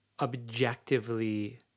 objectively